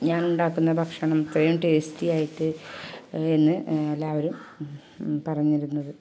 ഞാൻ ഉണ്ടാക്കുന്ന ഭക്ഷണം ഇത്രയും ടേസ്റ്റിയായിട്ട് എന്ന് എല്ലാവരും പറഞ്ഞിരുന്നത്